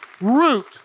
root